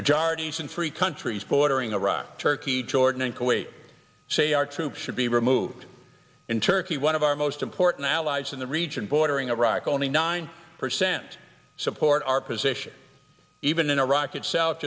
majorities in three countries bordering iraq turkey jordan and kuwait say our troops should be removed in turkey one of our most important allies in the region bordering iraq only nine percent support our position even in iraq it's out